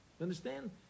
Understand